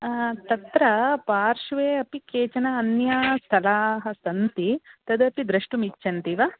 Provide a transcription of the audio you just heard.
तत्र पार्श्वे अपि केचन अन्यानि स्थलानि सन्ति तदपि द्रष्टुम् इच्छन्ति वा